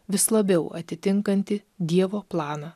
vis labiau atitinkantį dievo planą